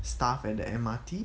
staff at the M_R_T